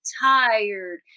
tired